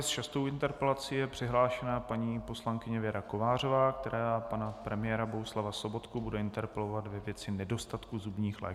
S šestou interpelací je přihlášena paní poslankyně Věra Kovářová, která pana premiéra Bohuslava Sobotku bude interpelovat ve věci nedostatku zubních lékařů.